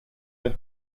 euch